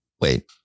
wait